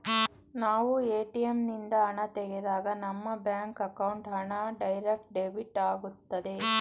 ನಾವು ಎ.ಟಿ.ಎಂ ನಿಂದ ಹಣ ತೆಗೆದಾಗ ನಮ್ಮ ಬ್ಯಾಂಕ್ ಅಕೌಂಟ್ ಹಣ ಡೈರೆಕ್ಟ್ ಡೆಬಿಟ್ ಆಗುತ್ತದೆ